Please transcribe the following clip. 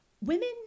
women